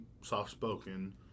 soft-spoken